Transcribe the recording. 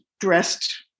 dressed